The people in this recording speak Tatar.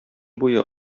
буе